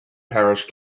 parish